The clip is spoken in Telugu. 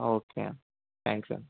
ఓకే అండి థ్యాంక్స్ అండి